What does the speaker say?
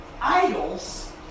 idols